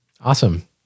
Awesome